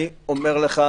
אני אומר לך,